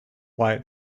light